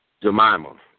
Jemima